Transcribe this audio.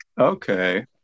Okay